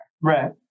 Right